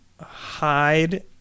hide